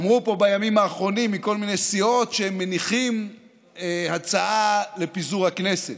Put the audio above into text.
אמרו פה בימים האחרונים מכל מיני סיעות שהם מניחים הצעה לפיזור הכנסת,